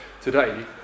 today